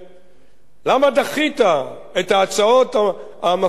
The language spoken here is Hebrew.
למה דחית את ההצעות המפליגות האלה,